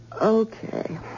Okay